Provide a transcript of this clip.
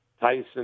Tyson